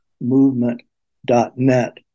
movement.net